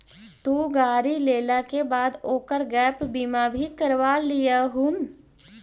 तु गाड़ी लेला के बाद ओकर गैप बीमा भी करवा लियहून